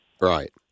Right